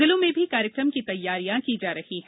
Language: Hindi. जिलों में भी कार्यक्रम की तैयारियां की जा रही है